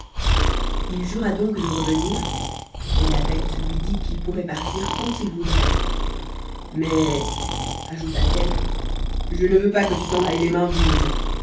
il jura donc de revenir et la bête lui dit qu'il pouvait partir quand il voudrait mais ajouta-t-elle je ne veux pas que tu t'en ailles les mains vides